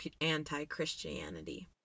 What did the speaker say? anti-christianity